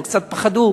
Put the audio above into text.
הם קצת פחדו.